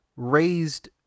raised